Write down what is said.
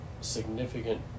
significant